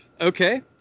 Okay